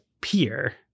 peer